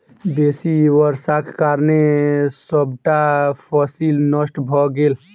बेसी वर्षाक कारणें सबटा फसिल नष्ट भ गेल